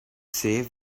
save